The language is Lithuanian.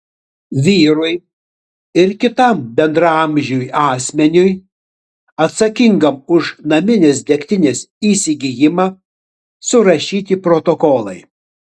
vyrui ir kitam bendraamžiui asmeniui atsakingam už naminės degtinės įsigijimą surašyti protokolai